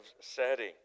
setting